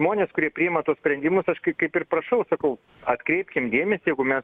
žmonės kurie priima tuos sprendimus aš kai kaip ir prašau sakau atkreipkim dėmesį jeigu mes